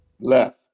Left